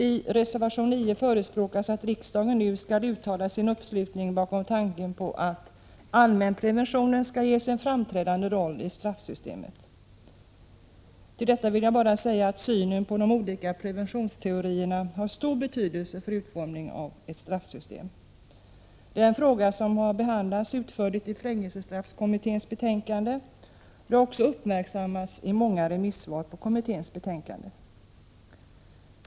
I reservation nr 9 förespråkas att riksdagen nu skall uttala sin uppslutning bakom tanken på att allmänpreventionen skall ges en framträdande roll i straffsystemet. Till detta vill jag bara säga att synen på de olika preventionsteorierna har stor betydelse för utformningen av ett straffsystem. Det är också en fråga som behandlats utförligt i fängelsestraffkommitténs betänkande och också uppmärksammats i många av remissvaren med anledning av kommitténs betänkande.